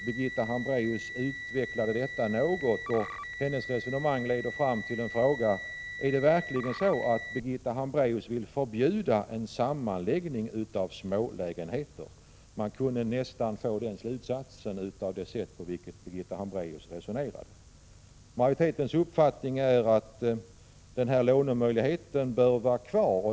Birgitta Hambraeus utvecklade detta något, och hennes resonemang föranleder frågan: Är det verkligen så, att Birgitta Hambraeus vill förbjuda sammanläggning av smålägenheter? Av Birgitta Hambraeus resonemang att döma kunde man nästan dra den slutsatsen. Majoritetens uppfattning är att den här lånemöjligheten bör finnas kvar.